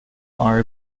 are